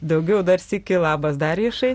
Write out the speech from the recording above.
daugiau dar sykį labas darijušai